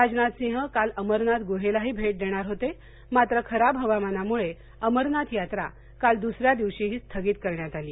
राजनाथ सिंह काल अमरनाथ गुहेलाही भेट देणार होते मात्र खराब हवामानामुळे अमरनाथ यात्रा काल दुसर्या दिवशीही स्थगित करण्यात आली